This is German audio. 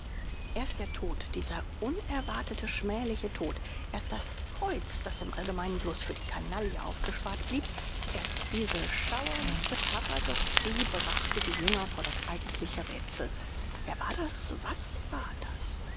erst der tod dieser unerwartete schmähliche tod erst das kreuz das im allgemeinen bloß für die canaille aufgespart blieb erst diese schauerlichste paradoxie brachte die jünger vor das eigentliche räthsel wer war das was war das